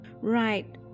Right